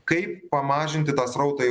kaip pamažinti tą srautą į